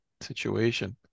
situation